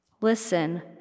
Listen